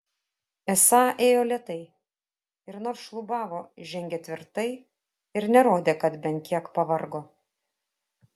esą ėjo lėtai ir nors šlubavo žengė tvirtai ir nerodė kad bent kiek pavargo